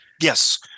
Yes